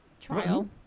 Trial